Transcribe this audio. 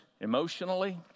emotionally